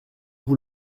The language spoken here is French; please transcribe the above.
vous